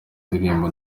ndirimbo